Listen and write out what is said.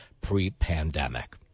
pre-pandemic